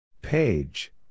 Page